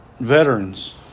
veterans